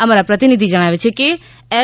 અમારા પ્રતિનિધિ જણાવે છે કે એલ